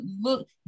look